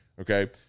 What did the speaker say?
okay